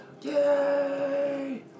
Yay